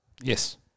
Yes